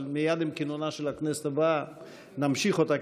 אבל מייד עם כינונה של הכנסת הבאה נמשיך אותה,